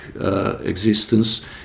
existence